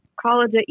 college